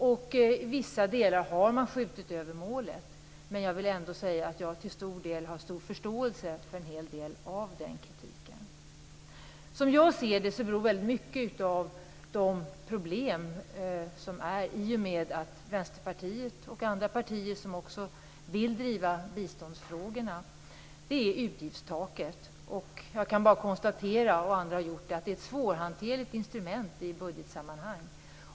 I vissa delar har man skjutit över målet, men jag vill ändå säga att jag till stor del har stor förståelse för en hel del av den kritiken. Som jag ser det beror väldigt mycket av problemen för Vänsterpartiet och andra partier som också vill driva biståndsfrågorna på utgiftstaket. Jag kan bara konstatera, och även andra har gjort det, att det är ett svårhanterligt instrument i budgetsammanhang.